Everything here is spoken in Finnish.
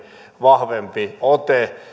vahvempi ote